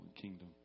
kingdom